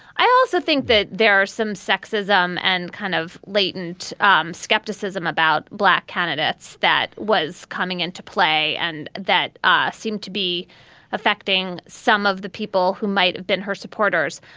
i also think that there are some sexism and kind of latent um skepticism about black candidates that was coming into play and that ah seemed to be affecting some of the people who might have been her supporters.